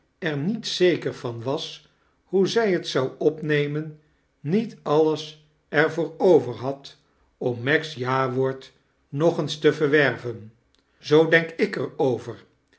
er niet zeker van was hoe zij t zou opnemen niet alles er vooaover had om meg's jawoord nog eens te verwerven zoo denk ik er over